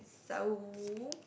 so